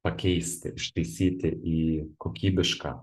pakeisti ištaisyti į kokybišką